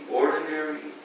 ordinary